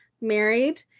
married